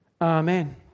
Amen